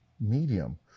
medium